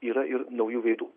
yra ir naujų veidų